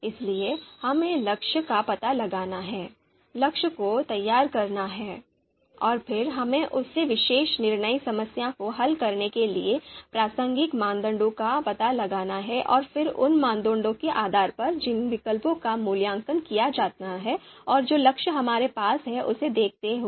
इसलिए हमें लक्ष्य का पता लगाना है लक्ष्य को तैयार करना है और फिर हमें उस विशेष निर्णय समस्या को हल करने के लिए प्रासंगिक मानदंडों का पता लगाना है और फिर उन मानदंडों के आधार पर जिन विकल्पों का मूल्यांकन किया जाना है और जो लक्ष्य हमारे पास है उसे देखते हुए